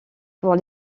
pour